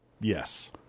Yes